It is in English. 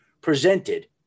presented